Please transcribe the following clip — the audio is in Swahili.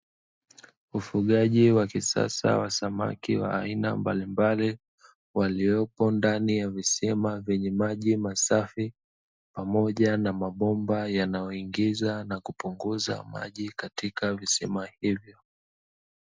Ufugaji wa kisasa wa samaki wa aina mbalilmbali walioko ndani ya visima vya maji masafi, pamoja na mabomba yanayoingiza na kupunguza maji hayo.